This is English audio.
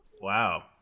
Wow